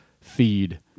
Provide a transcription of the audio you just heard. feed